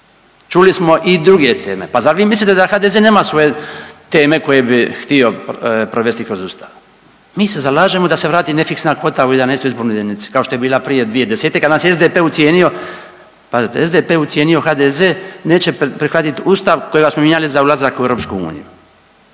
čuli smo i druge teme. Pa zar vi mislite da HDZ nema svoje teme koje bi htio provesti kroz Ustav. Mi se zalažemo da se vrati nefiksna kvota u 11. izbornoj jedinici kao što je bila prije dvije …/Govornik se ne razumije./… kad nas je SDP ucijenio, pazite SDP je ucijenio HDZ neće prihvatiti Ustav kojega smo mijenjali za ulazak u EU. Naš je